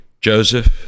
Joseph